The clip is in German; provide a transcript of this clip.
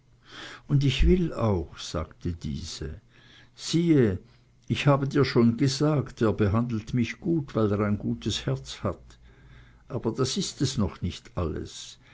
und ich will auch sagte diese sieh ich habe dir schon gesagt er behandelt mich gut weil er ein gutes herz hat aber das ist es noch nicht alles